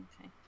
Okay